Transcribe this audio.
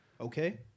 Okay